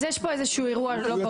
יש פה איזשהו אירוע לא ברור.